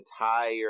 entire